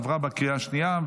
עברה בקריאה השנייה.